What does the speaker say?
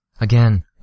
Again